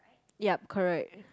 ya correct